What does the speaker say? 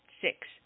Six